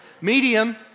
Medium